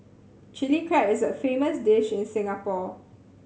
Chilli Crab is a famous dish in Singapore